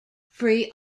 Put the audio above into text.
free